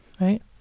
Right